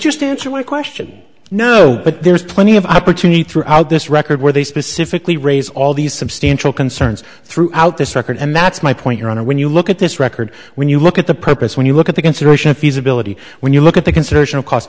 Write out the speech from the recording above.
or my question no but there's plenty of opportunity throughout this record where they specifically raise all these substantial concerns throughout this record and that's my point your honor when you look at this record when you look at the purpose when you look at the consideration feasibility when you look at the consideration of c